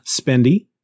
spendy